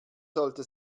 sollte